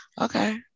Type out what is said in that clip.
Okay